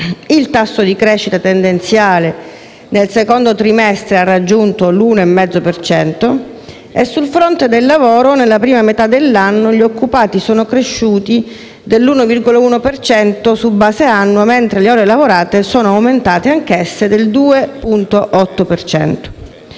il tasso di crescita tendenziale nel secondo trimestre ha raggiunto l'1,5 per cento. Sul fronte del lavoro, nella prima metà dell'anno gli occupati sono cresciuti dell'1,1 per cento su base annua, mentre le ore lavorate sono aumentate del 2,8